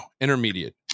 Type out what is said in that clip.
intermediate